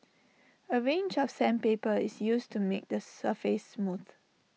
A range of sandpaper is used to make the surface smooth